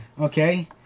Okay